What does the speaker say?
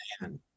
man